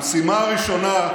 המשימה הראשונה,